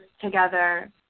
together